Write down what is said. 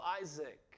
Isaac